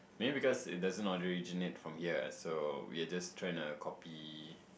maybe because it doesn't originate from here so we are just trying to copy